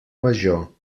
major